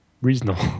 reasonable